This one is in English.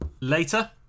Later